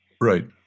Right